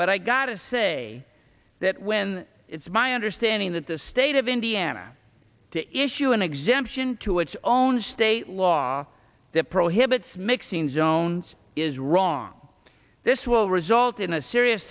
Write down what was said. but i gotta say that when it's my understanding that the state of indiana to issue an exemption to its own state law that prohibits mixing zones is wrong this will result in a serious